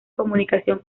comunicación